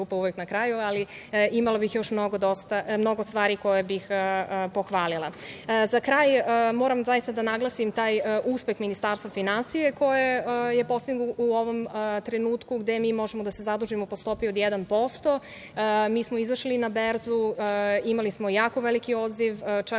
poslanička grupa, ali, imala bih još mnogo stvari koje bih pohvalila.Za kraj, moram zaista da naglasim taj uspeh Ministarstva finansija koje je postiglo, gde mi u ovom trenutku možemo da se zadužimo po stopi od 1%. Mi smo izašli na berzu, imali smo jako veliki odziv, čak